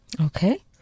Okay